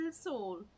soul